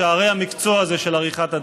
בשערי המקצוע הזה של עריכת הדין,